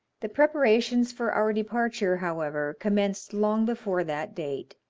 the preparations for our departure, however, commenced long before that date.